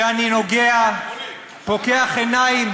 כשאני נוגע / פוקח עיניים,